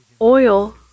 Oil